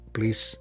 Please